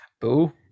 boo